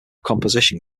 composition